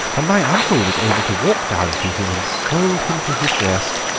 and my uncle was able to walk down to him and fold him to his breast.